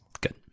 Good